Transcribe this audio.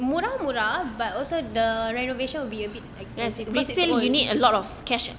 murah-murah but also the renovation will be a bit expensive because it's old